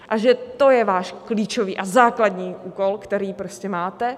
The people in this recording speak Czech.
A že to je váš klíčový a základní úkol, který prostě máte.